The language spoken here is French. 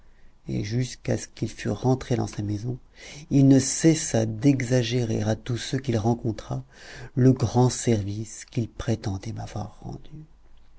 et jusqu'à ce qu'il fût rentré dans sa maison il ne cessa d'exagérer à tous ceux qu'il rencontra le grand service qu'il prétendait m'avoir rendu